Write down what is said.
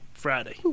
Friday